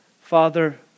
Father